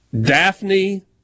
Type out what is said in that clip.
Daphne